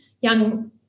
young